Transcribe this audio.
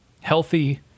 healthy